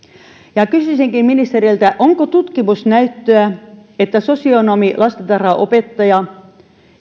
kysyisinkin ministeriltä onko tutkimusnäyttöä että sosionomilastentarhanopettajan